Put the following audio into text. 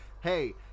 Hey